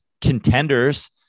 contenders